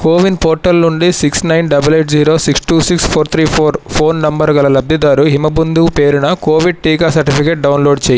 CoWIN portal నుండి six nine double eight zero six two six four three four phone number గల లబ్ధిదారు హిమబిందు పేరున Covid టీకా certificate download చెయ్యి